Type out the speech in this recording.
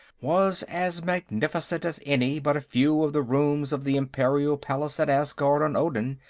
was as magnificent as any but a few of the rooms of the imperial palace at asgard on odin,